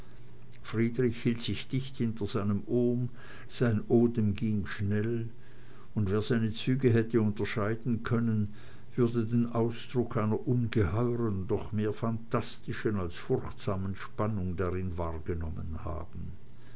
friedrich hielt sich dicht hinter seinem ohm sein odem ging schnell und wer seine züge hätte unterscheiden können würde den ausdruck einer ungeheuren doch mehr phantastischen als furchtsamen spannung darin wahrgenommen haben